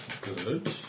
Good